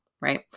Right